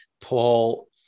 Paul